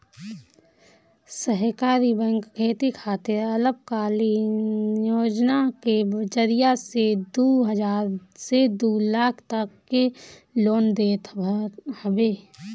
सहकारी बैंक खेती खातिर अल्पकालीन योजना के जरिया से दू हजार से दू लाख तक के लोन देत हवे